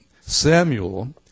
Samuel